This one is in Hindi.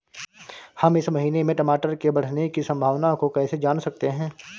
हम इस महीने में टमाटर के बढ़ने की संभावना को कैसे जान सकते हैं?